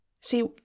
See